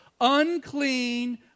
Unclean